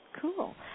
cool